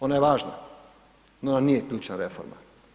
Ona je važna, no ona nije ključna reforma.